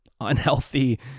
unhealthy